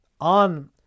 on